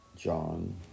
John